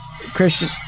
Christian